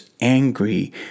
angry